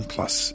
Plus